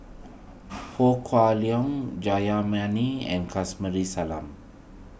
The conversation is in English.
Ho Kah Leong Jayamani and Salam